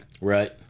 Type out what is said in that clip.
Right